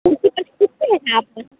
कुर्सी पर से उठते हैं आप लोग